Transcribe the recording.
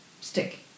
Stick